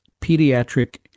Pediatric